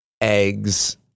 eggs